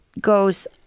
goes